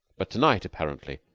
but to-night, apparently,